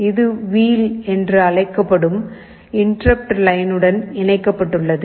இது "வீல்" என்று அழைக்கப்படும் இன்டெர்ருப்ட் லைனுடன் இணைக்கப்பட்டுள்ளது